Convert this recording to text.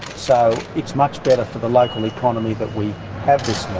so it's much better for the local economy that we have this